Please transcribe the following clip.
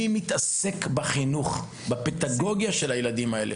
אני מתעסק בחינוך ובפדגוגיה של הילדים האלה.